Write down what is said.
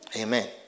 Amen